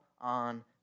on